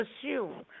assume